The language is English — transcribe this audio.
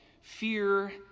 fear